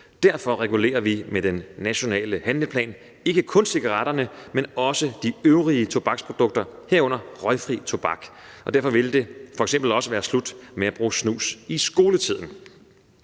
Derfor regulerer vi med den nationale handleplan, ikke kun cigaretterne, men også de øvrige tobaksprodukter, herunder røgfri tobak, og derfor vil det f.eks. også være slut med at bruge snus i skoletiden.